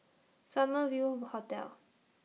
Summer View Hotel